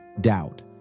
doubt